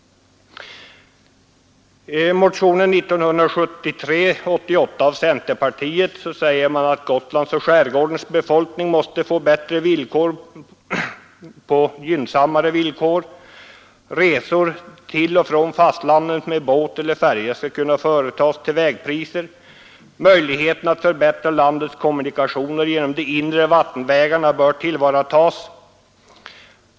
I centerpartimotionen 88 sägs att Gotlands och skärgårdarnas befolkning måste få bättre trafikförsörjning på gynnsammare villkor och att resor till och från fastlandet med båt eller färja måste kunna företas till vägpriser. Möjligheten att förbättra landets kommunikationer genom de inre vattenvägarna bör tillvaratas.